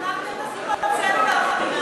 שכחתם את שיחות הסלולר חינם.